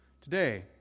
today